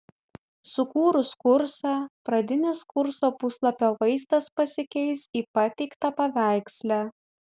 sukūrus kursą pradinis kurso puslapio vaizdas pasikeis į pateiktą paveiksle